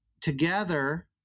together